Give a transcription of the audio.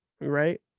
right